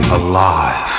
alive